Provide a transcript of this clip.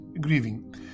grieving